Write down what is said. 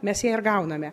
mes ją ir gauname